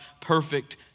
perfect